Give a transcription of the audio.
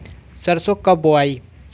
सरसो कब बोआई?